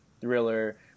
thriller